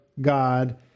God